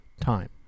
time